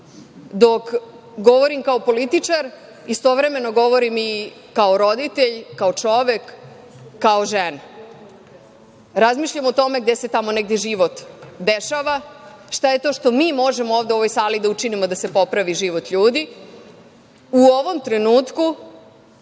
dok govorim kao političar istovremeno govorim i kao roditelj i kao čovek, kao žena. Razmišljam o tome gde se tamo negde život dešava, šta je to što mi možemo ovde u ovoj sali da učinimo da se popravi život ljudi. U ovom trenutku,